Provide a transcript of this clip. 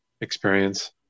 experience